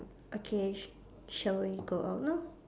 okay sh~ shall we go out now